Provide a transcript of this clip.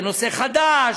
זה נושא חדש,